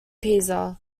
pisa